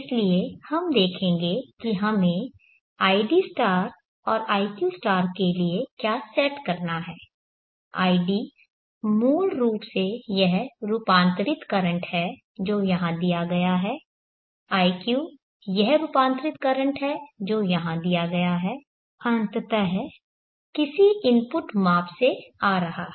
इसलिए हम देखेंगे कि हमें id और iq के लिए क्या सेट करना है id मूल रूप से यह रूपांतरित करंट है जो यहाँ दिया गया है iq यह रूपांतरित करंट है जो यहाँ दिया गया है अंततः किसी इनपुट माप से आ रहा है